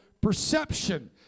perception